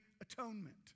atonement